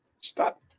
Stop